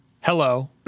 Hello